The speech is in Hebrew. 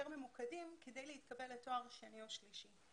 ממוקדים כדי להתקבל לתואר שני או שלישי.